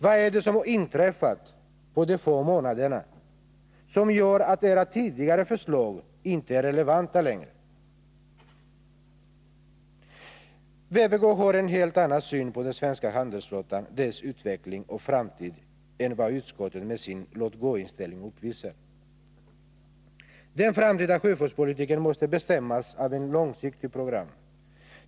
Vad är det som har inträffat på de få månaderna som gör att era tidigare förslag inte är relevanta längre? Vpk har en helt annan syn på den svenska handelsflottan och dess utveckling och framtid än vad utskottet med sin låt-gå-inställning uppvisar. Den framtida sjöfartspolitiken måste bestämmas av ett långsiktigt program.